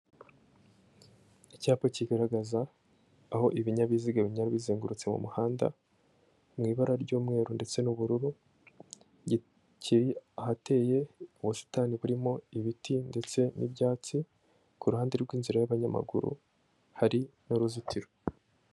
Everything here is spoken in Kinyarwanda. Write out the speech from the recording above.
Icyapa kigaragaza aho ibinyabiziga binyura bizengurutse mu muhanda, mu ibara ry'umweru ndetse n'ubururu, kiri ahateye ubusitani burimo ibiti ndetse n'ibyatsi, kuruhande rw'inzira y'abanyamaguru, hari n'uruzitiro.